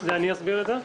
אני אסביר את זה.